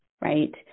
right